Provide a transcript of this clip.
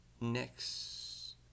next